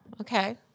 okay